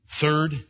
Third